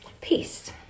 Peace